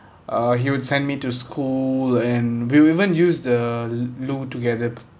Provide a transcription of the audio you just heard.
uh he would send me to school and we'll even use the loo together